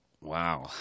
Wow